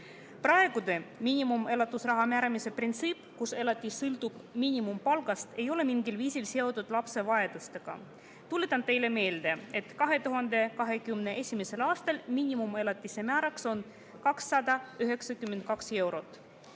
Praegune miinimumelatusraha määramise printsiip, kus elatis sõltub miinimumpalgast, ei ole mingil viisil seotud lapse vajadustega. Tuletan teile meelde, et 2021. aasta miinimumelatise määraks on 292 eurot.